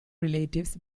relatives